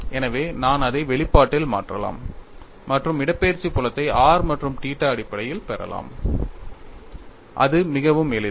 எனவே நான் அதை வெளிப்பாட்டில் மாற்றலாம் மற்றும் இடப்பெயர்ச்சி புலத்தை r மற்றும் θ அடிப்படையில் பெறலாம் அது மிகவும் எளிது